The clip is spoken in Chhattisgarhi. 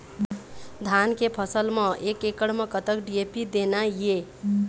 धान के फसल म एक एकड़ म कतक डी.ए.पी देना ये?